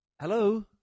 Hello